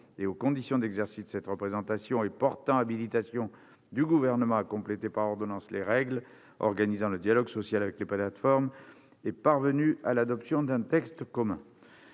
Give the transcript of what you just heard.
et aux conditions d'exercice de cette représentation et portant habilitation du Gouvernement à compléter par ordonnance les règles organisant le dialogue social avec les plateformes est parvenue à l'adoption d'un texte commun.